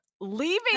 leaving